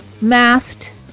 Masked